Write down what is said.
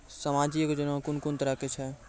समाजिक योजना कून कून तरहक छै?